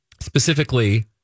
specifically